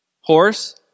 Horse